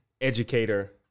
educator